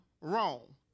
wrong